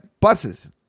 buses